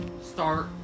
start